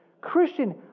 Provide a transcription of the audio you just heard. Christian